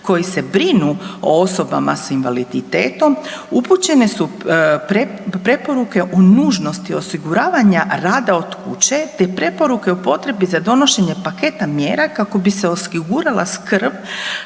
koji se brinu o osobama s invaliditetom upućene su preporuke o nužnosti osiguravanja rada od kuće te preporuke o potrebi za donošenje paketa mjera kako bi se osigurala skrb